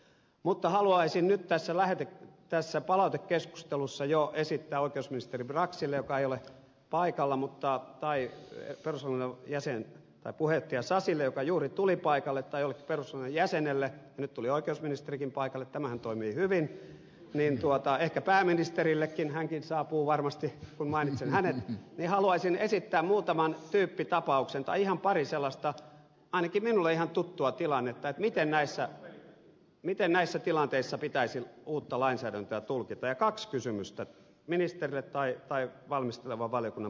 mutta haluaisin nyt tässä palautekeskustelussa jo esittää oikeusministeri braxille joka ei ole paikalla tai perustuslakivaliokunnan puheenjohtaja sasille joka juuri tuli paikalle tai jollekin perustuslakivaliokunnan jäsenelle ja nyt tuli oikeusministerikin paikalle tämähän toimii hyvin ehkä pääministerillekin hänkin saapuu varmasti kun mainitsen hänet haluaisin esittää muutaman tyyppitapauksen tai ihan pari sellaista ainakin minulle ihan tuttua tilannetta miten näissä tilanteissa pitäisi uutta lainsäädäntöä tulkita ja kaksi kysymystä ministerille tai valmistelevan valiokunnan puheenjohtajalle